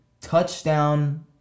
touchdown